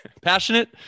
passionate